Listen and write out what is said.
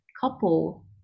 couple